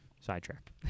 sidetrack